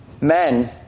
Men